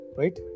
right